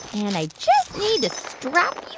and i just need to strap